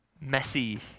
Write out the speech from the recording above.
messy